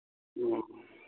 ꯎꯝ